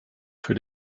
für